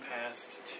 past